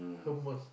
hummus